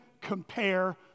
compare